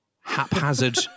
haphazard